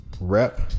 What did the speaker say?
rep